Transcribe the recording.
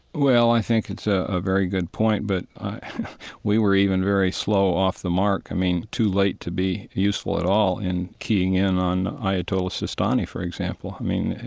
well, i think it's a very good point, but we were even very slow off the mark, i mean, too late to be useful at all in keying in on ayatollah sistani, for example. i mean,